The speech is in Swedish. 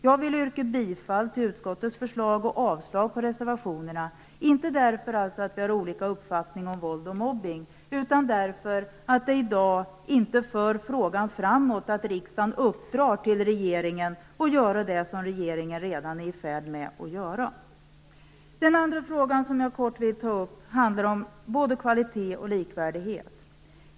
Jag yrkar bifall till utskottets förslag och avslag på reservationerna, men inte därför att vi har olika uppfattning om våld och mobbning utan därför att det i dag inte för frågan framåt att riksdagen uppdrar åt regeringen att göra det som regeringen redan är i färd med att göra. En annan fråga som jag helt kort vill ta upp handlar om både kvalitet och likvärdighet.